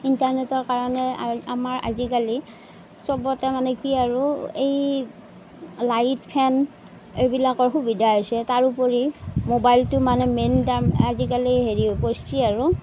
ইণ্টাৰনেটৰ কাৰণে আমাৰ আজিকালি চবতে মানে কি আৰু এই লাইট ফেন এইবিলাকৰ সুবিধা হৈছে তাৰোপৰি মোবাইলটো মানে মেইন কাম আজিকালি হেৰি কৰছি আৰু